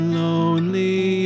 lonely